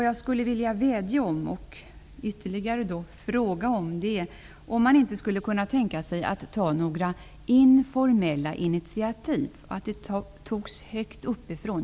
Jag vill dock ytterligare fråga om huruvida man kan tänka sig att ta några informella initiativ högt uppifrån.